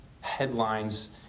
headlines